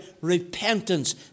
repentance